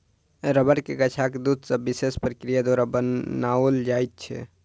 रबड़ के गाछक दूध सॅ विशेष प्रक्रिया द्वारा बनाओल जाइत छै